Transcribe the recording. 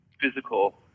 physical